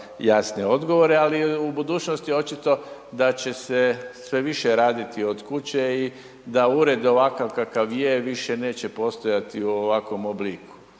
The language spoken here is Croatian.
jasne odgovore, ali u budućnosti očito da će se sve više raditi od kuće i da ured ovakav kakav je više neće postojati u ovakvom obliku